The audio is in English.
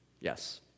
Yes